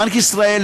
בנק ישראל,